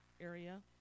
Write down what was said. area